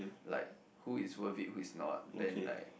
like who is worth it who is not then like